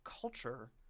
culture